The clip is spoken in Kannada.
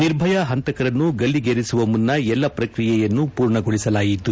ನಿರ್ಭಯಾ ಹಂತಕರನ್ನು ಗಲ್ಲಿಗೇರಿಸುವ ಮುನ್ನ ಎಲ್ಲ ಪ್ರಕ್ರಿಯೆಯನ್ನು ಪುರ್ಣಗೊಳಿಸಲಾಯಿತು